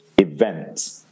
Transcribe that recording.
event